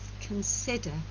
consider